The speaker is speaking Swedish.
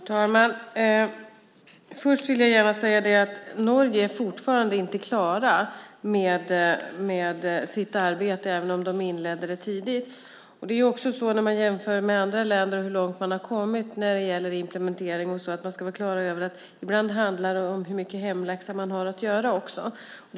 Fru talman! Först vill jag gärna säga att Norge fortfarande inte är klara med sitt arbete även om de inledde det tidigt. När man jämför med andra länder och hur långt länderna har kommit när det gäller implementering ska man också vara klar över att det ibland handlar om hur mycket hemläxa de olika länderna har att göra.